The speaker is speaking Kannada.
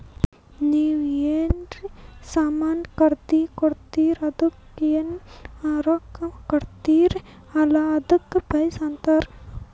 ನೀವ್ ಎನ್ರೆ ಸಾಮಾನ್ ಖರ್ದಿ ಮಾಡುರ್ ಅದುಕ್ಕ ಎನ್ ರೊಕ್ಕಾ ಕೊಡ್ತೀರಿ ಅಲ್ಲಾ ಅದಕ್ಕ ಪ್ರೈಸ್ ಅಂತಾರ್